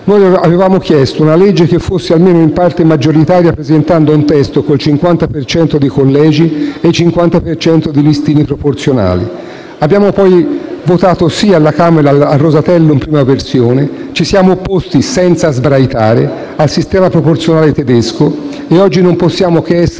Noi avevamo chiesto una legge che fosse almeno in parte maggioritaria, presentando un testo con il 50 per cento di collegi e il 50 per cento di listini proporzionali. Abbiamo poi votato sì alla Camera al Rosatellum nella sua prima versione, ci siamo opposti senza sbraitare al sistema proporzionale tedesco e oggi non possiamo che essere